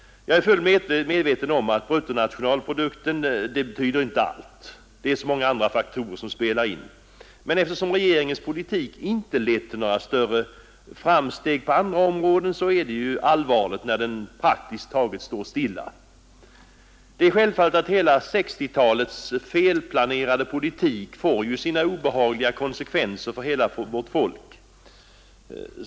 Jag är fullt medveten om att bruttonationalprodukten inte betyder allt — det är så många andra faktorer som spelar in — men eftersom regeringens politik inte lett till några större framsteg på andra områden så är det allvarligt när bruttonationalprodukten praktiskt taget står stilla. Det är självfallet att hela 1960-talets felplanerade politik får sina obehagliga konsekvenser för vårt folk.